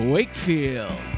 Wakefield